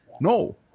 no